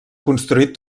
construït